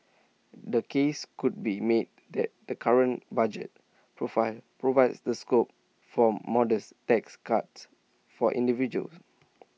the case could be made that the current budget profile provides the scope for modest tax cuts for individuals